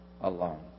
alone